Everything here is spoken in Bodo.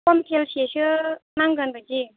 कुविन्टेलसेसो नांगोन बायदि